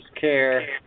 Care